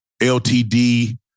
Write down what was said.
LTD